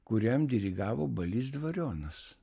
kuriam dirigavo balys dvarionas